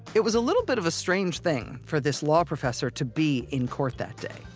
it was a little bit of a strange thing for this law professor to be in court that day.